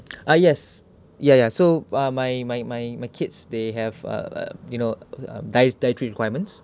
ah yes ya ya so uh my my my my kids they have uh you know uh diet dietary requirements